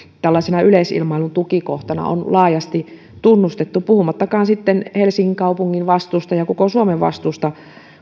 tällaisena yleisilmailutukikohtana on laajasti tunnustettu puhumattakaan sitten helsingin kaupungin vastuusta ja koko suomen vastuusta